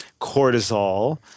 cortisol